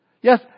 Yes